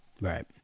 Right